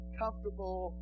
comfortable